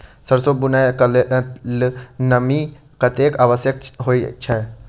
सैरसो बुनय कऽ लेल नमी कतेक आवश्यक होइ छै?